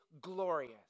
glorious